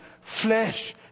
flesh